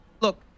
Look